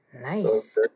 Nice